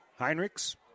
Heinrichs